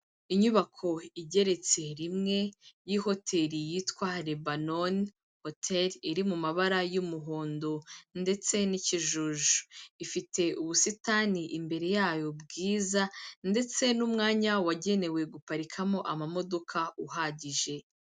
Inyubako igeretse rimwe y'ihoteri yitwa Rebanoni, hoteri iri mu mabara y'umuhondo ndetse n'ikijuju, ifite ubusitani imbere yayo bwiza ndetse n'umwanya wagenewe guparikamo amamodoka uhagije.